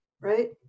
right